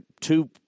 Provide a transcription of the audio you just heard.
two